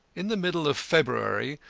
in the middle of february,